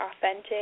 authentic